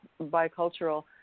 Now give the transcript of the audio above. bicultural